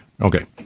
okay